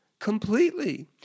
completely